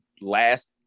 last